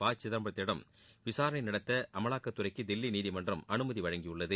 ப சிதம்பரத்திடம் விசாரணை நடத்த அமவாக்கத்துறைக்கு தில்லி நீதிமன்றம் அனுமதி வழங்கியுள்ளது